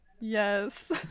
Yes